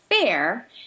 fair